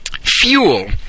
fuel